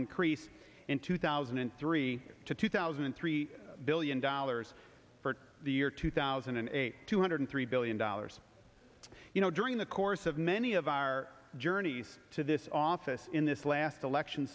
increase in two thousand and three to two thousand and three billion dollars for the year two thousand and eight two hundred three billion dollars you know during the course of many of our journeys to this office in this last election